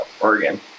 Oregon